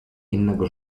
innego